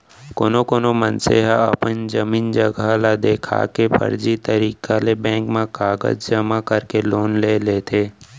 कोनो कोना मनसे ह अपन जमीन जघा ल देखा के फरजी तरीका ले बेंक म कागज जमा करके लोन ले लेथे